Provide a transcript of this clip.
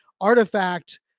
Artifact